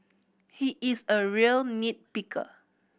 he is a real nit picker